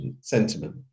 sentiment